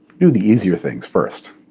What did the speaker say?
do the easier things first.